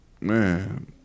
man